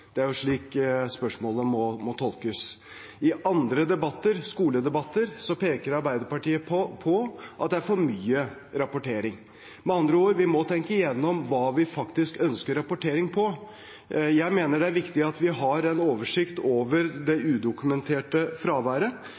Det er jo slik spørsmålet må tolkes. I andre skoledebatter peker Arbeiderpartiet på at det er for mye rapportering. Med andre ord: Vi må tenke igjennom hva vi faktisk ønsker rapportering på. Jeg mener det er viktig at vi har en oversikt over det udokumenterte fraværet.